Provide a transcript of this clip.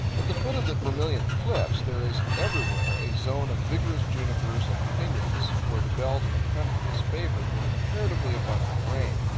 at the foot of the vermilion cliffs there is everywhere a zone of vigorous junipers and pinons, for the belt of country is favored with comparatively abundant rain.